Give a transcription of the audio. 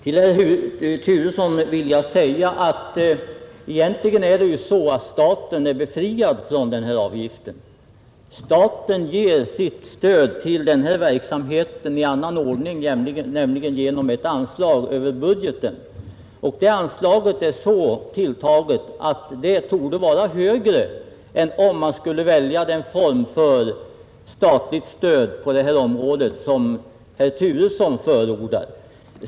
Fru talman! Egentligen är det ju så att staten är befriad från denna avgift. Staten ger sitt stöd till denna verksamhet genom ett anslag över budgeten. Det anslaget torde vara högre än vad bidraget skulle bli om vi valde den form för statligt stöd på detta område som herr Turesson förordar.